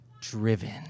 driven